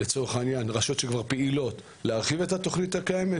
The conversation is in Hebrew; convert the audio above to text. להרחיב את התוכנית הקיימת,